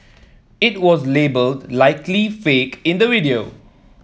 it was labelled Likely Fake in the video